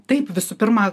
taip visų pirma